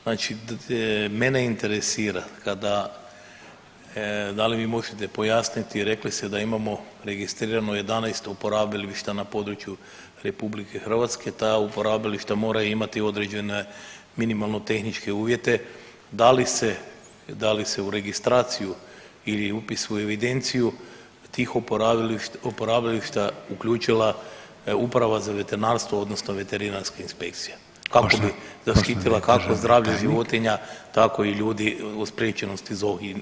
Znači mene interesira kada, da li mi možete pojasniti rekli ste da imamo registrirano 11 uporabilišta na području RH ta uporabilišta moraju imati određene minimalno tehničke uvjete, da li se, da li se u registraciju ili upis u evidenciju tih uporabilišta uključila uprava za veterinarstvo odnosno veterinarska inspekcija kako zaštitila kako zdravlje životinja tako i ljudi u spječenosti za ovim zoonoza.